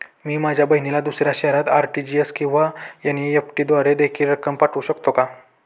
मी माझ्या बहिणीला दुसऱ्या शहरात आर.टी.जी.एस किंवा एन.इ.एफ.टी द्वारे देखील रक्कम पाठवू शकतो का?